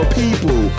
people